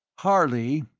harley,